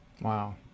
Wow